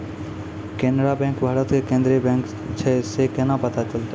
Canara bank Bharat के केन्द्रीय bank छै से केना पता चलतै?